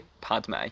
Padme